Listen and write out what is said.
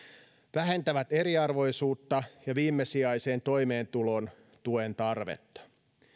vähentävät eriarvoisuutta ja viimesijaisen toimeentulotuen tarvetta